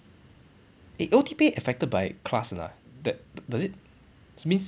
eh O_T pay affected by class or not ah that does it means